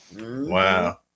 Wow